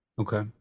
Okay